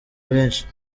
benshi